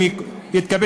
אם יתקבל,